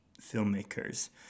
filmmakers